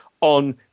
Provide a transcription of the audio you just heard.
on